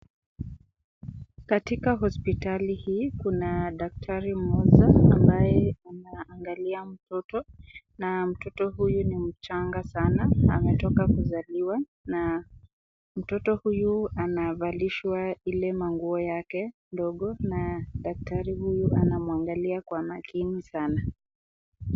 Katika hospitali hii kuna daktari mmoja ambaye anaangalia mtoto na mtoto huyu ni mchanga sana ametoka kuzaliwa na mtoto huyu anavalishwa ile manguo yake ndogo na daktari huyu anamwangalia kwa makini sana.